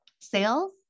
sales